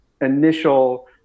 initial